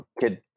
kid